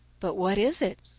but what is it?